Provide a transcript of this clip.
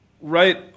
right